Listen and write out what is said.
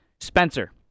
Spencer